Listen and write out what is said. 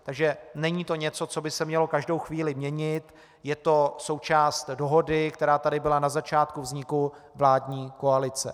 Takže není to něco, co by se mělo každou chvíli měnit, je to součást dohody, která tady byla na začátku vzniku vládní koalice.